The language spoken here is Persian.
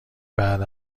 بعد